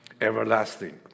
Everlasting